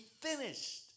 finished